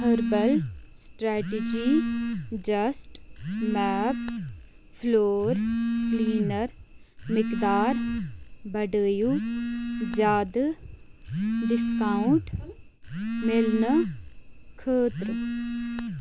herbal strategy just map floor cleaner مقدار بڑٲیِو زیادٕ ڈسکاونٛٹ مِلنہٕ خٲطرٕ